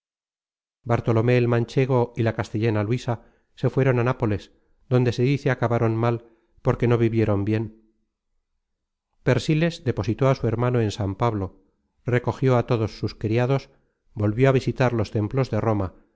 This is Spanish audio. bartolomé el manchego y la castellana luisa se fueron á nápoles donde se dice acabaron mal porque no vivieron bien persíles depositó á su hermano en san pablo recogió á todos sus criados volvió a visitar los templos de roma